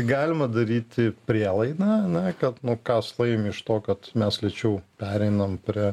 galima daryti prielaidą ane kad nu kas laimi iš to kad mes lėčiau pereinam prie